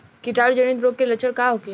कीटाणु जनित रोग के लक्षण का होखे?